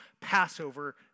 Passover